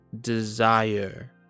desire